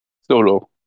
Solo